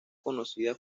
conocida